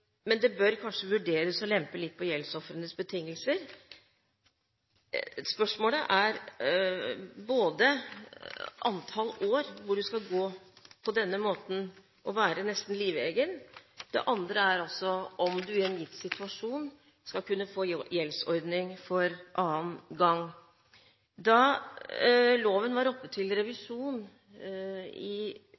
men det bør kanskje vurderes å lempe litt på gjeldsofrenes betingelser. Spørsmålet er antall år man skal gå på denne måten og være nesten livegen. Det andre er om man i en gitt situasjon skal kunne få gjeldsordning for annen gang. Da loven var oppe til revisjon i 2002 ved behandlingen av Innst. O. nr. 15 for 2002–2003, sa flertallet i